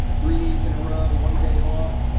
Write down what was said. three days in a row, one day off.